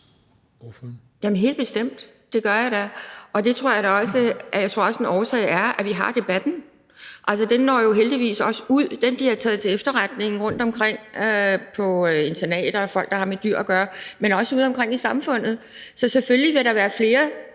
helt bestemt. Og jeg tror også, at en årsag er, at vi har debatten, for den når jo altså heldigvis også ud og bliver taget til efterretning rundtomkring på internater og hos folk, der har med dyr at gøre, men også udeomkring i det øvrige samfund. Så selvfølgelig vil der være flere,